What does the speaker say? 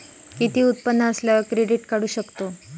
किती उत्पन्न असल्यावर क्रेडीट काढू शकतव?